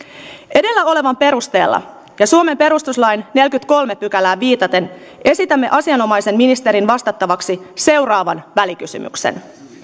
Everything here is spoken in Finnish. edellä olevan perusteella ja suomen perustuslain neljänteenkymmenenteenkolmanteen pykälään viitaten esitämme asianomaisen ministerin vastattavaksi seuraavan välikysymyksen